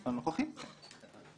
הנוכחי, כן.